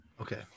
Okay